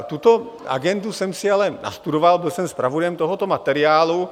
Tuto agendu jsem si ale nastudoval, byl jsem zpravodajem tohoto materiálu.